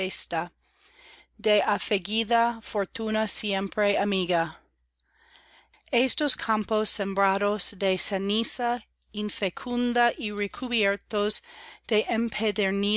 de afligida fortuna siempre amiga estos campos sembrados de ceniza infecunda y recubiertos de